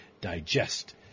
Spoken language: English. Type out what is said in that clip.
digest